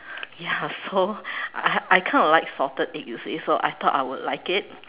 ya so I kind of like salted egg you see so I thought I would like it